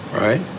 right